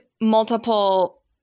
multiple –